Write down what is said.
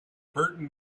burton